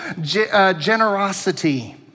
generosity